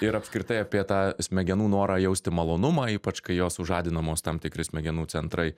ir apskritai apie tą smegenų norą jausti malonumą ypač kai jos sužadinamos tam tikri smegenų centrai